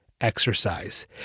exercise